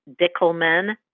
Dickelman